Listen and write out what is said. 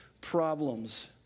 problems